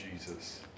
Jesus